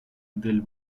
del